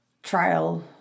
trial